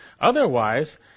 Otherwise